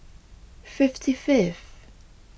fifty fifth